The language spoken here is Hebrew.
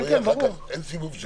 אין סיבוב שני.